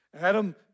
Adam